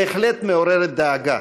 בהחלט מעוררת דאגה.